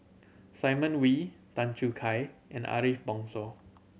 Simon Wee Tan Choo Kai and Ariff Bongso